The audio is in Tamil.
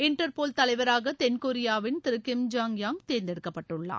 இன்டர்போல் தலைவராக தென்கொரியாவின் திரு கிம் ஜாங் யாங் தேர்ந்தெடுக்கப்பட்டுள்ளார்